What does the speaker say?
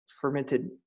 fermented